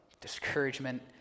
Discouragement